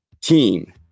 Team